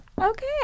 Okay